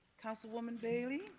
councilwoman bailey.